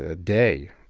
ah day.